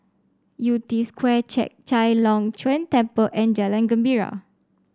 Yew Tee Square Chek Chai Long Chuen Temple and Jalan Gembira